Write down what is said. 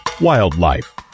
Wildlife